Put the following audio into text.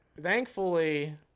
thankfully